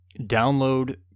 download